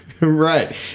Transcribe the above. Right